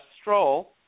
stroll